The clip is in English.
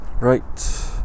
Right